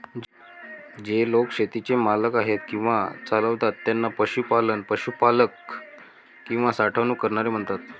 जे लोक शेतीचे मालक आहेत किंवा चालवतात त्यांना पशुपालक, पशुपालक किंवा साठवणूक करणारे म्हणतात